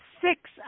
six